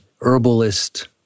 herbalist